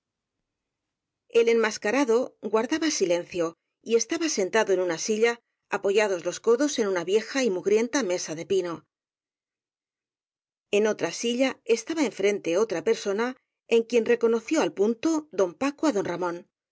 el enmascarado guardaba silencio y estaba sen tado en una silla apoyados los codos en una vieja y mugrienta mesa de pino en otra silla estaba enfrente otra persona en quien reconoció al punto don paco á don ramón